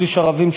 שליש ערבים,